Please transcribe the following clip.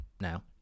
now